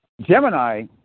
Gemini